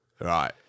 Right